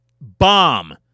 bomb